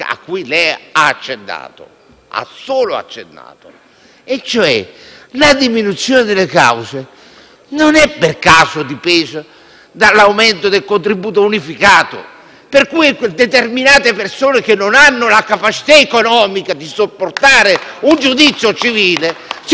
a cui lei ha solo accennato. La diminuzione delle cause non è per caso dipeso dall'aumento del contributo unificato? Forse, determinate persone che non hanno la capacità economica di sopportare un giudizio civile si